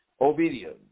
obedience